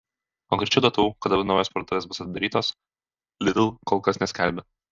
konkrečių datų kada naujos parduotuvės bus atidarytos lidl kol kas neskelbia